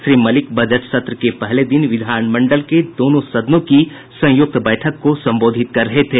Shri Malik budget सत्र के पहले दिन विधान मंडल के दोनों सदनों की संयुक्त बैठक को संबोधित कर रहे थे